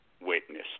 witness